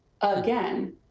again